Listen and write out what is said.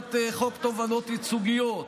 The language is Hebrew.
טיוטת חוק תובענות ייצוגיות,